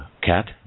cat